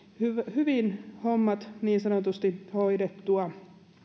hyvin niin sanotusti hommat hoidettua